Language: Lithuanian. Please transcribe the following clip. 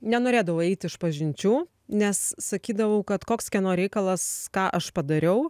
nenorėdavau eiti išpažinčių nes sakydavau kad koks kieno reikalas ką aš padariau